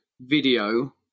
video